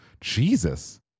jesus